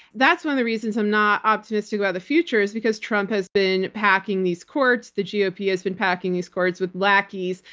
that's one of the reasons i'm not optimistic about the future, is because trump has been packing these courts, the gop has been packing these courts with lackeys,